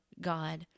god